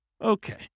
Okay